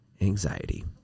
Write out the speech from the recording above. anxiety